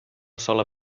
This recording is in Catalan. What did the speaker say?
sola